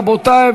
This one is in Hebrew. רבותי,